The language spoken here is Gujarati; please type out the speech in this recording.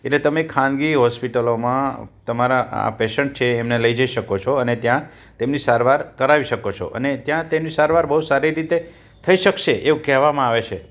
એટલે તમે ખાનગી હોસ્પિટલોમાં તમારા આ પેશન્ટ છે એમને લઈ જઈ શકો છો અને ત્યાં તેમની સારવાર કરાવી શકો છો અને ત્યાં એની સારવાર બહુ સારી રીતે થઈ શકશે એવું કહેવામાં આવે છે